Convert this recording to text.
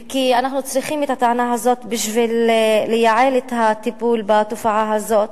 ואנחנו צריכים את הטענה הזאת בשביל לייעל את הטיפול בתופעה הזאת,